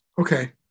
okay